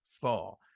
four